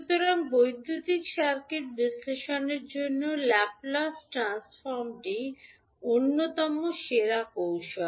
সুতরাং বৈদ্যুতিক সার্কিট বিশ্লেষণের জন্য ল্যাপ্লেস ট্রান্সফর্মটি অন্যতম সেরা কৌশল